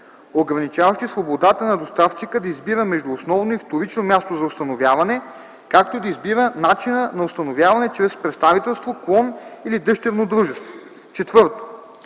ограничаващи свободата на доставчика да избира между основно и вторично място за установяване, както и да избира начина на установяване чрез представителство, клон или дъщерно дружество; 4.